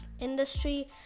industry